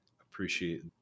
appreciate